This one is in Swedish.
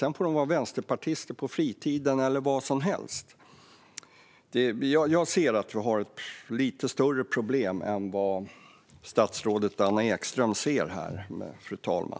Sedan får de vara vänsterpartister eller vad som helst på fritiden. Jag anser att vi har ett lite större problem än vad statsrådet Anna Ekström ser, fru talman.